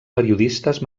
periodistes